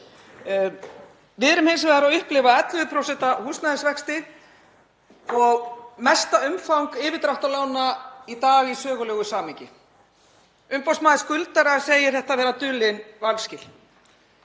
Við erum hins vegar að upplifa 11% húsnæðisvexti og mesta umfang yfirdráttarlána í dag í sögulegu samhengi. Umboðsmaður skuldara segir þetta vera dulin vanskil.